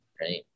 right